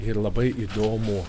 ir labai įdomų